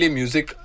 music